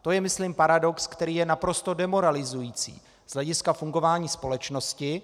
To je myslím paradox, který je naprosto demoralizující z hlediska fungování společnosti.